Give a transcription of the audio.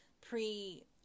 pre-